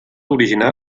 originar